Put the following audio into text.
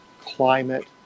climate